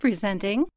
Presenting